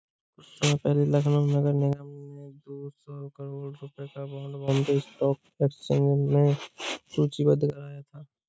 कुछ समय पहले लखनऊ नगर निगम ने दो सौ करोड़ रुपयों का बॉन्ड बॉम्बे स्टॉक एक्सचेंज में सूचीबद्ध कराया था